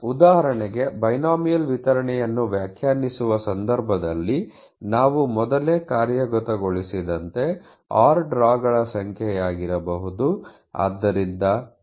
ಉದಾಹರಣೆಗೆ ಬೈನೋಮಿಯಲ್ ವಿತರಣೆಯನ್ನು ವ್ಯಾಖ್ಯಾನಿಸುವ ಸಂದರ್ಭದಲ್ಲಿ ನಾವು ಮೊದಲೇ ಕಾರ್ಯಗತಗೊಳಿಸಿದಂತೆ r ಡ್ರಾಗಳ ಸಂಖ್ಯೆಯಾಗಿರಬಹುದು